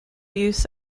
use